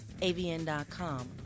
AVN.com